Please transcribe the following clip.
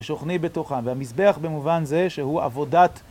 שוכני בתוכן והמזבח במובן זה שהוא עבודת...